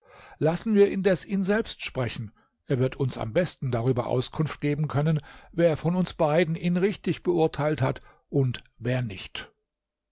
lassen wir indes ihn selbst sprechen er wird uns am besten darüber auskunft geben können wer von uns beiden ihn richtig beurteilt hat und wer nicht